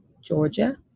Georgia